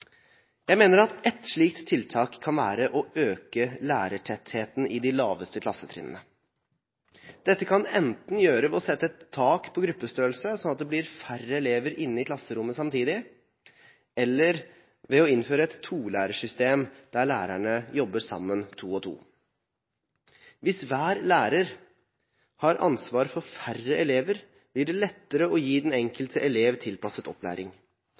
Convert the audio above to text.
Jeg mener at ett slikt tiltak kan være å øke lærertettheten på de laveste klassetrinnene. Dette kan en enten gjøre ved å sette et tak på gruppestørrelse, slik at det blir færre elever inne i klasserommet samtidig, eller ved å innføre et tolærersystem, der lærerne jobber sammen to og to. Hvis hver lærer har ansvar for færre elever, blir det lettere å gi den enkelte elev tilpasset opplæring.